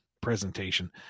presentation